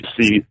see